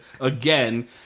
Again